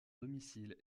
domicile